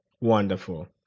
wonderful